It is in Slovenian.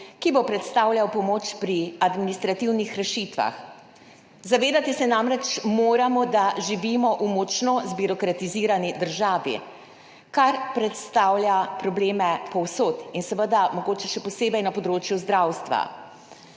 ki bo predstavljal pomoč pri administrativnih rešitvah. Zavedati se namreč moramo, da živimo v močno zbirokratizirani državi, kar predstavlja probleme povsod in seveda mogoče še posebej na področju zdravstva.